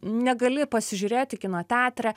negali pasižiūrėti kino teatre